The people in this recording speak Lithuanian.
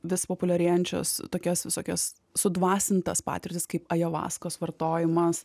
vis populiarėjančias tokias visokias sudvasintas patirtis kaip ajavaskos vartojimas